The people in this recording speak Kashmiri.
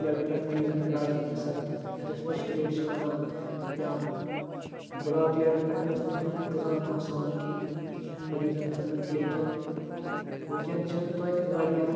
لٮ۪ولہِ پٮ۪ٹھ مٔریٖزَن علاج ہیٚکہِ سَپدِتھ یَتھ أسۍ فٔسٹ ایڈ چھِ وَنان یا بُلاک لٮ۪ولہِ پٮ۪ٹھ ٲس نہٕ تیُتھ اِنتِظام آسان کینٛہہ مٔریٖزَن خٲطرٕ لیکِن وٕنۍکٮ۪ن چھِ تویتہِ واریاہ